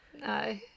No